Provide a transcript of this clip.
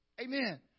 Amen